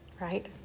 right